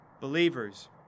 believers